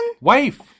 Wife